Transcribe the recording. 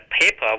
paper